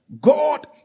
God